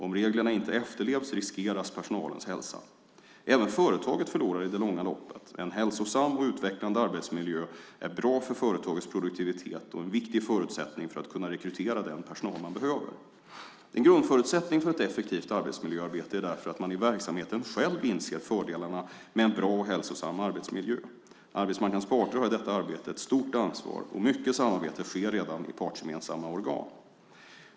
Om reglerna inte efterlevs riskeras personalens hälsa. Även företaget förlorar i det långa loppet. En hälsosam och utvecklande arbetsmiljö är bra för företagets produktivitet och en viktig förutsättning för att kunna rekrytera den personal man behöver. En grundförutsättning för ett effektivt arbetsmiljöarbete är därför att man i verksamheten själv inser fördelarna med en bra och hälsosam arbetsmiljö. Arbetsmarknadens parter har i detta arbete ett stort ansvar, och mycket samarbete sker redan i partsgemensamma organ.